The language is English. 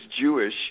Jewish